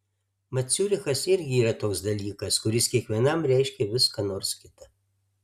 mat ciurichas irgi yra toks dalykas kuris kiekvienam reiškia vis ką nors kita